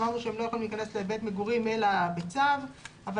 אמרנו שהם לא יכולים להיכנס לבית מגורים אלא בצו אבל